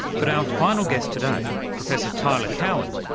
but our final guest today, professor tyler cowen,